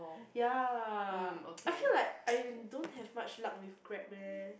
ya I feel like I don't have much luck with Grab leh